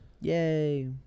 Yay